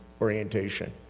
orientation